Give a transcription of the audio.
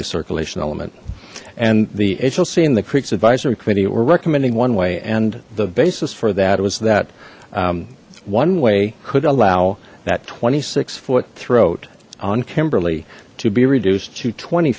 the circulation element and the hoc in the creeks advisory committee were recommending one way and the basis for that was that one way could allow that twenty six foot throat on kimberly to be reduced to twenty